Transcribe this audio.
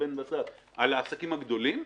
כמו שהזכיר פרופ' בן בסט על העסקים הגדולים,